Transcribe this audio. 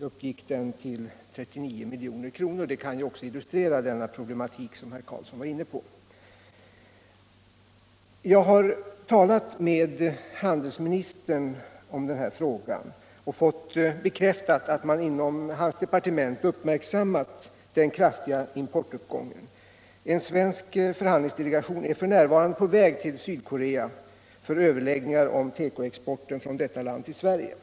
uppgick den till 39 milj.kr. — Det kan också illustrera den problematik som herr Karlsson var inne på. Jag har talat med handelsministern om den här frågan och fått bekräftat att man inom hans departement uppmärksammat den kraftiga importuppgången. En svensk förhandlingsdelegation är f. n. på väg till Sydkorea för överläggningar om tekoexporten från detta land till Sverige.